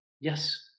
Yes